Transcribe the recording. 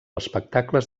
espectacles